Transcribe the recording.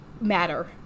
matter